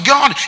God